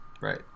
right